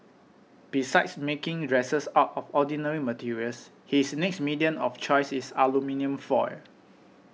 besides making dresses out of ordinary materials his next medium of choice is aluminium foil